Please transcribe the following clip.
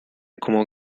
como